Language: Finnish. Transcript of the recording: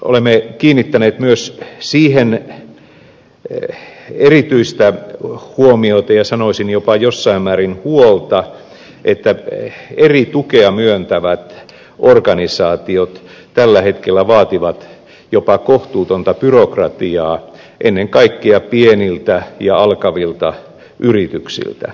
olemme kiinnittäneet myös siihen erityistä huomiota ja sanoisin jopa jossain määrin huolta että eri tukea myöntävät organisaatiot tällä hetkellä vaativat jopa kohtuutonta byrokratiaa ennen kaikkea pieniltä ja alkavilta yrityksiltä